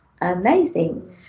amazing